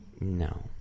No